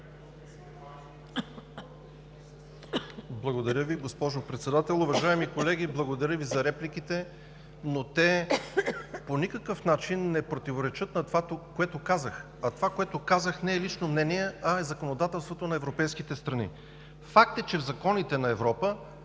Благодаря Ви, госпожо Председател. Уважаеми колеги, благодаря Ви за репликите, но те по никакъв начин не противоречат на онова, което казах. А това, което казах, не е лично мнение, а е законодателството на европейските страни. Факт е, че в законите на Европа